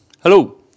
Hello